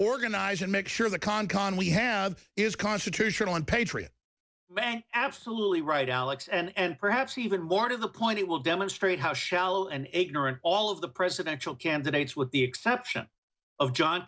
organize and make sure the con con we have is constitutional and patriot bank absolutely right alex and perhaps even more to the point it will demonstrate how shallow and ignorant all of the presidential candidates with the exception of john